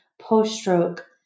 post-stroke